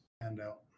handout